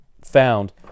found